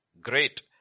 great